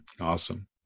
Awesome